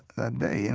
that day. and